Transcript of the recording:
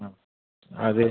ஆ அது